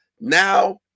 now